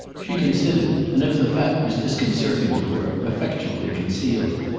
she considered, and, if the fact was disconcerting to her, effectually concealed it.